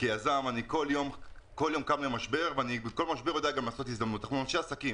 כיזם אני כל יום קם למשבר ואני יודע לעשות הזדמנות מכל משבר.